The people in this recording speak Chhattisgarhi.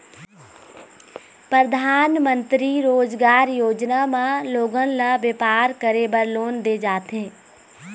परधानमंतरी रोजगार योजना म लोगन ल बेपार करे बर लोन दे जाथे